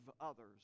others